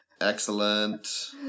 Excellent